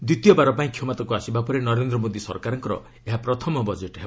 ଦ୍ୱିତୀୟ ବାର ପାଇଁ କ୍ଷମତାକୁ ଆସିବା ପରେ ନରେନ୍ଦ୍ର ମୋଦି ସରକାରଙ୍କର ଏହା ପ୍ରଥମ ବଜେଟ୍ ହେବ